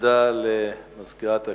תודה למזכירת הכנסת.